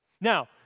Now